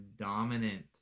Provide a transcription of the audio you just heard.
dominant